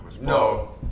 No